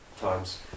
times